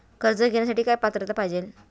कर्ज घेण्यासाठी काय पात्रता पाहिजे?